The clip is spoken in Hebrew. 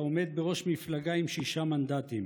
העומד בראש מפלגה עם שישה מנדטים,